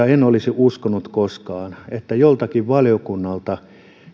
en olisi uskonut koskaan että joltakin valiokunnalta